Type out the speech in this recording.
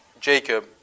Jacob